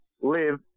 live